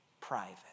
private